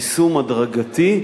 יישום הדרגתי,